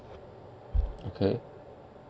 okay